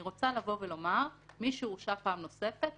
אני רוצה לומר שמי שהורשע פעם נוספת,